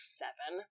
seven